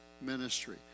ministry